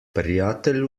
prijatelj